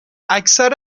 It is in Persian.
اکثر